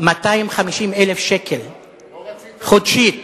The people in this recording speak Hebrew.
250,000 שקל, חודשית.